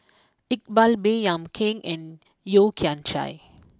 Iqbal Baey Yam Keng and Yeo Kian Chye